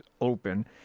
open